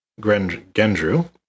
Gendru